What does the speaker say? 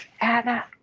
Anna